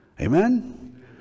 Amen